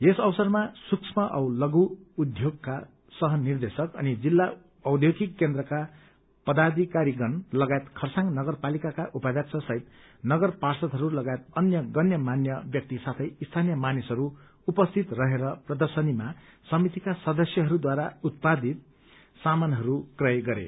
यस अवसरमा सूक्ष्म औ लष्टु उद्योगका सहनिर्देशक अनि जिल्ला औयोगिक केन्द्रका पदायिकारीगण लगायत खरसाङ नगरपालिकाका उपाध्यक्ष सहित नगर पार्षदहरू लगायत अन्य गण्यमान्य व्यक्ति साथै स्थानीय मानिसहरू उपस्थित रहेर प्रदर्शनीमा समितिका सदस्यहरूद्वारा उत्पादित सामानहरू क्वय गरे